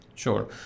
Sure